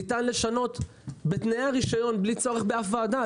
ניתן לשנות בתנאי הרישיון בלי צורך בוועדה.